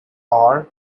are